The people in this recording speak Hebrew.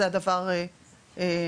זה הדבר השני.